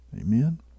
Amen